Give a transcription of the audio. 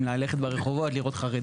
אני פשוט, אני אתחיל בווידוי.